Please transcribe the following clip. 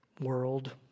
world